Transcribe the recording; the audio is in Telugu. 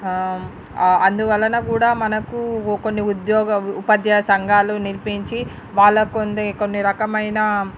అందువలన కూడా మనకు కొన్ని ఉద్యోగ ఉపాధ్యాయ సంఘాలు నిర్మించి వాళ్లకు కొంది కొన్ని రకమైన